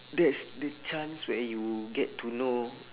that's the chance where you get to know